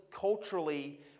culturally